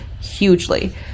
hugely